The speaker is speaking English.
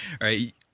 right